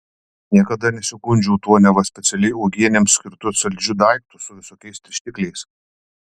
niekada nesigundžiau tuo neva specialiai uogienėms skirtu saldžiu daiktu su visokiais tirštikliais